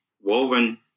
woven